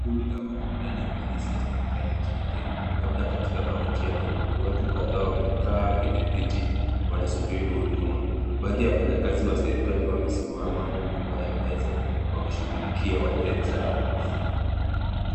Kundi la watu ndani ya ofisi ya serikali nchini kenya labda katika kaunti ya Nairobi. Watu kadhaa wamekaa kwenye viti wanasubiri huduma. Baadhi ya wafanyikazi wa serikali wamesimama nyuma ya meza wakishughulikia wateja.